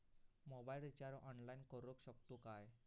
Mobile recharge online करुक शकतू काय?